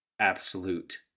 absolute